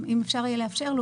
אם תוכלו לאפשר לו